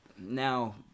Now